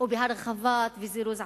ובהרחבת וזירוז עסקים,